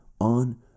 on